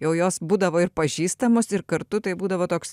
jau jos būdavo ir pažįstamos ir kartu tai būdavo toks